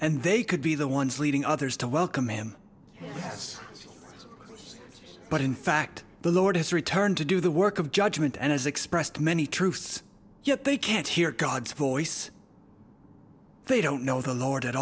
and they could be the ones leading others to welcome him yes but in fact the lord has returned to do the work of judgement and has expressed many truths yet they can't hear god's voice they don't know the lord at